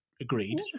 agreed